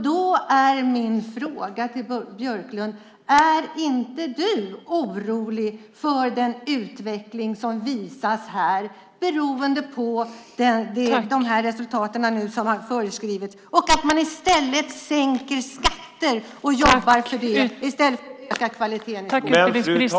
Då är min fråga till Björklund: Är inte du orolig för den utveckling som visas här, de här resultaten, och att man i stället sänker skatter och jobbar för det - i stället för att öka kvaliteten i skolan?